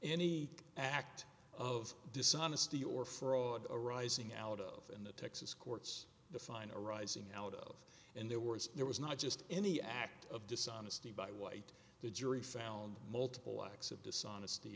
ny act of dishonesty or fraud arising out of in the texas courts the final arising out of in their words there was not just any act of dishonesty by white the jury found multiple acts of dishonesty